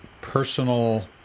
Personal